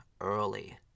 early